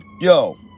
Yo